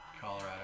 Colorado